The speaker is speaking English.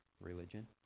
religion